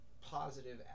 positive